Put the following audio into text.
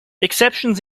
exceptions